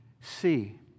see